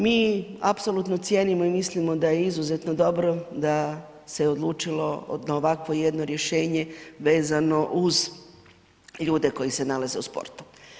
Mi apsolutno cijenimo i mislimo da je izuzetno dobro da se odlučilo na ovakvo jedno rješenje vezano uz ljude koji se nalaze u sportu.